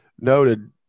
noted